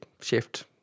shift